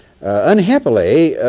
unhappily,